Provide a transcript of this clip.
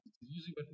Usually